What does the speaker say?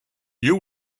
you